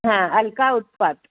हां अलका उत्पात